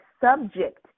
subject